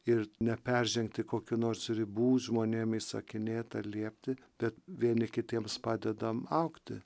ir neperžengti kokių nors ribų žmonėm įsakinėt ar liepti bet vieni kitiems padedam augti